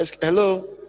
Hello